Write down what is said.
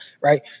right